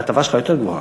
ההטבה שלך יותר גבוהה.